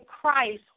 Christ